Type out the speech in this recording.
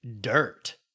dirt